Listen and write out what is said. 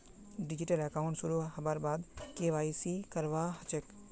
digital account शुरू हबार बाद के.वाई.सी करवा ह छेक